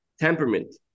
temperament